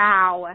Wow